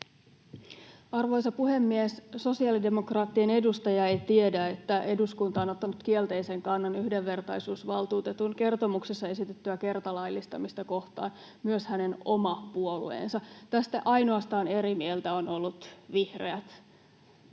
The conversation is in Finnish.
Arvoisa puhemies! Sosiaalidemokraattien edustaja ei tiedä, että eduskunta on ottanut kielteisen kannan yhdenvertaisuusvaltuutetun kertomuksessa esitettyä kertalaillistamista kohtaan — myös hänen oma puolueensa. Tästä ainoastaan eri mieltä on ollut vihreät, joten